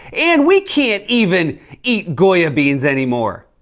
and we can't even eat goya beans anymore.